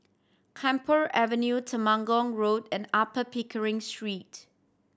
Camphor Avenue Temenggong Road and Upper Pickering Street